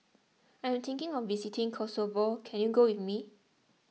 I am thinking of visiting Kosovo can you go with me